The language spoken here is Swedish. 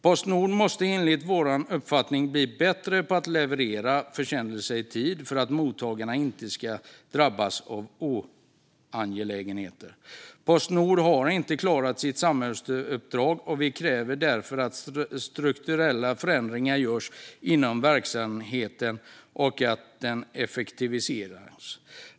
Postnord måste enligt vår uppfattning bli bättre på att leverera försändelser i tid för att mottagarna inte ska drabbas av olägenheter. Postnord har inte klarat av sitt samhällsuppdrag. Vi kräver att strukturella förändringar görs inom verksamheten och att den effektiviseras.